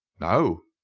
no.